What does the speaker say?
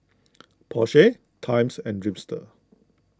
Porsche Times and Dreamster